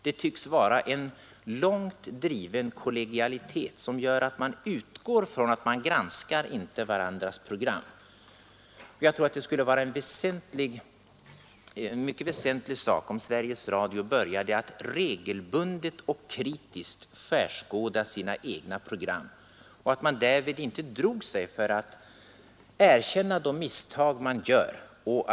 Det tycks vara en långt driven kollegialitet som gör att man utgår från att det inte är lämpligt att granska varandras program, Jag tror att det skulle vara mycket värdefullt om Sveriges Radio började regelbundet och kritiskt skärskåda sina egna program och därvid inte drog sig för att erkänna de misstag man gör.